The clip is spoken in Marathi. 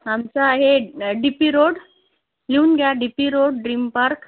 आमचा आहे डी पी रोड लिहून घ्या डी पी रोड ड्रीमपार्क